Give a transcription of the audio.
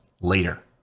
later